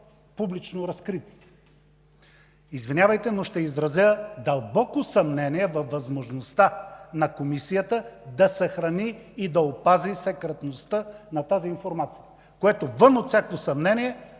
публично разкрити. Извинявайте, но ще изразя дълбоко съмнение във възможността на Комисията да съхрани и опази секретността на тази информация, което вън от всяко съмнение